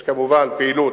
יש כמובן פעילות